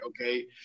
okay